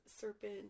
serpent